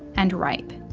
and rape.